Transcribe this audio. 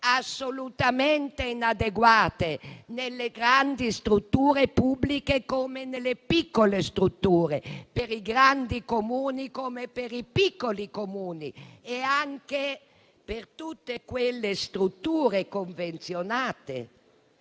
assolutamente inadeguate nelle grandi strutture pubbliche come nelle piccole, per i grandi Comuni come per i piccoli Comuni, così come per tutte quelle strutture convenzionate